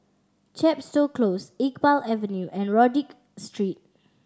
Chepstow Close Iqbal Avenue and Rodyk Street